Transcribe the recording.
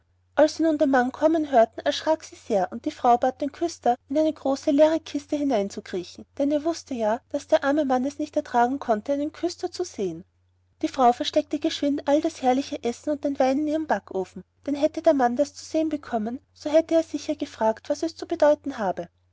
als sie nun den mann kommen hörten erschraken sie sehr und die frau bat den küster in eine große leere kiste hineinzukriegen denn er wußte ja daß der arme mann es nicht ertragen konnte einen küster zu sehen die frau versteckte geschwind all das herrliche essen und den wein in ihrem backofen denn hätte der mann das zu sehen bekommen so hätte er sicher gefragt was es zu bedeuten habe